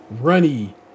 Runny